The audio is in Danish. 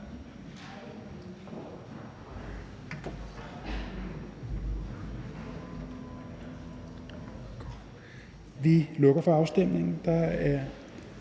Vi slutter afstemningen.